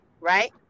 right